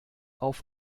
auf